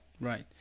Right